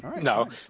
No